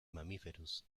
mamíferos